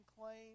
claim